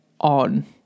on